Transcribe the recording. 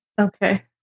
Okay